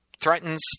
Threatens